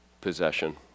possession